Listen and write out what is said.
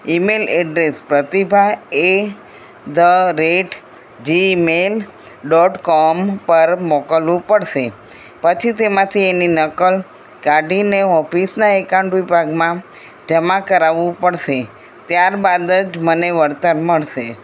email address Pratibha at the rate Gmail dot com પર મોકલવો પડશે પછી તેમાંથી એની નકલ કાઢીને ઓફિસના એકાઉન્ટ વિભાગમાં જમા કરાવવું પડશે ત્યારબાદ જ મને વળતર મળશે